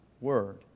Word